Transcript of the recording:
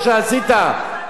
לא אשכח לך.